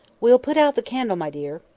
we'll put out the candle, my dear.